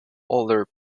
older